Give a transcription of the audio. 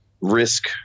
risk